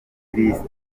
lisiti